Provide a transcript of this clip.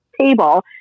table